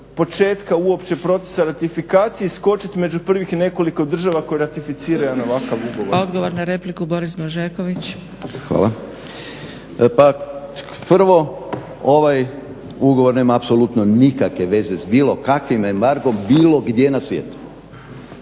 početka uopće propisa ratifikacije iskočit među prvih nekoliko država koje ratificiraju na ovakav ugovor. **Zgrebec, Dragica (SDP)** Odgovor na repliku, Boris Blažeković. **Blažeković, Boris (HNS)** Pa prvo ovaj ugovor nema apsolutno nikakve veze sa bilo kakvim embargom bilo gdje na svijetu,